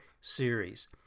series